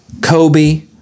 Kobe